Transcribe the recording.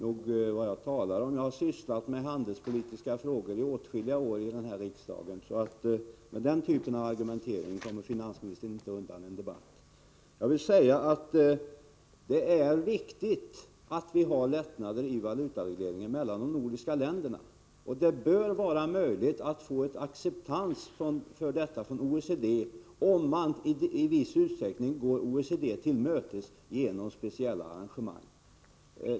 Herr talman! Jag vill säga till finansministern att jag nog vet vad jag talar om. Jag har sysslat med handelspolitiska frågor i riksdagen under åtskilliga år. Med denna typ av argumentering kommer inte finansministern undan en debatt. Det är viktigt att ha lättnader i valutaregleringen mellan de nordiska länderna, och det bör vara möjligt att få acceptans för detta från OECD om vi i viss utsträckning går OECD till mötes genom speciella arrangemang.